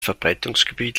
verbreitungsgebiet